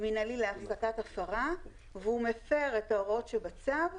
מינהלי להפסקת הפרה והוא מפר את ההוראות שבצו,